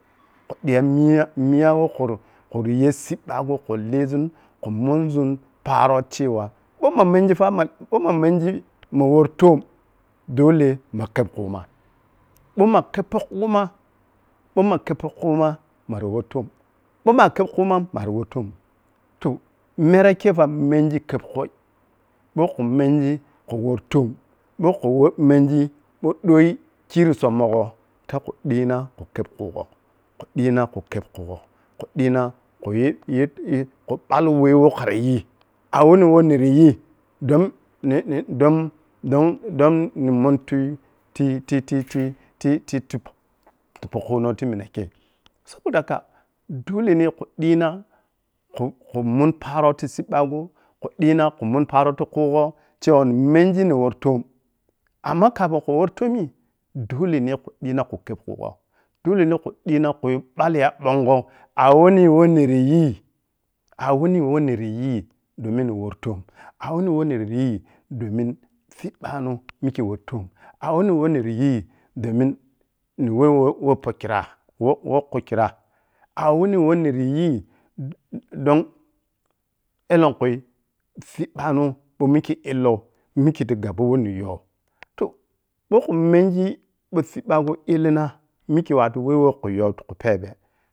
Khu digai miya miya woh khuzu-khuzu yei siɓɓagho khun lii zun khun munzun paro cewa ɓou-mah menji fa mah ɓou ma menji ma woni toom dole mah kheb khuma ɓou mah khebpo khumai ɓou mah khabpo khumai mari wori toom ɓou, mah kheb khumam mari worri toonim toh merei kei fa menji kheb khui ɓai khu menji khu wortoom ɓou khu menji woh deii kiri summogho ta khu dii na khu kheb khungho, khu dii na khu web khu gho, khu dii na khunyi yi-yi-yi khu ɓallo weh khara yi a’wuni woh nira yii don ni-ni don-don don munti-ti-titi-ti-tii-ti tii pohk tipoh khuno ti minai kei saboda haka dole ne khu diina khun-khun munni paro ti sibbaghe khu diina khun mun paro ti khugho cewa ni menji ni wortoom amma kafi khu worri toomin dole ne khe dii na khu kheb khugho dole ne khu dii khun balli ya ɓong-gho awohnii who niryii-awohnii woh nirayii domin ni wortoom, awoh wuni weh niryi domin siɓɓanoh mikkei worri toom, awohnii weh nirayii domin ni worou worpohkira who-who kheb khira, awuni who niryi dong ellonkhui siɓɓanoh ɓou mikke illou mikke ta gabo woh niyow toh ɓou khu menji ɓou siɓɓaghe illina mikke yuwa wattu weh woh kha khu yow ti khu phebe,